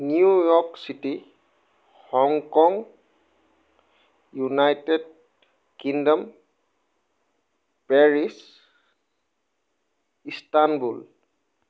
New York city Hong Kong United Kingdom Paris Istanbul